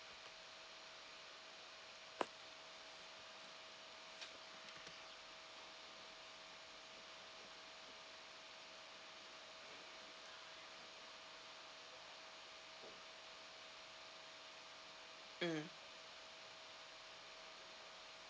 mm